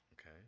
Okay